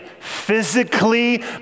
physically